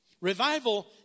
Revival